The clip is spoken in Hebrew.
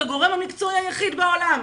הגורם המקצועי היחיד בעולם,